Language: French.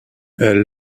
elle